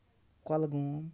Kulgam